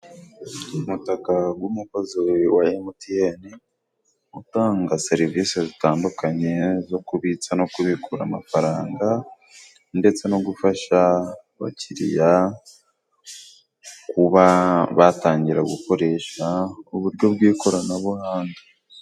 Umutaka g'umukozi wa emutiyeni. Utanga serivisi zitandukanye zo kubitsa no kubikura amafaranga, ndetse no gufasha abakiriya kuba batangira gukoresha uburyo bw'ikoranabuhanga.